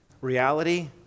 Reality